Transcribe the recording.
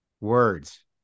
words